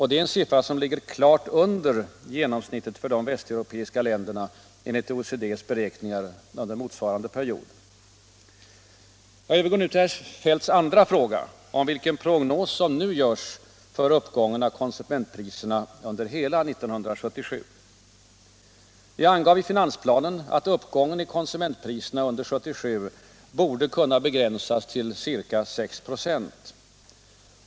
Det är en siffra som ligger klart under genomsnittet för de västeuropeiska länderna enligt OECD:s beräkningar under motsvarande period. Jag övergår till herr Feldts andra fråga om vilken prognos som nu görs för uppgången av konsumentpriserna under hela 1977. Jag angav i finansplanen att uppgången i konsumentpriserna under 1977 borde kunna begränsas till ca 6 96.